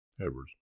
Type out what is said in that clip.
Edwards